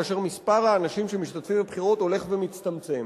כאשר מספר האנשים שמשתתפים בבחירות הולך ומצטמצם.